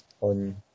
on